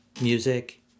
music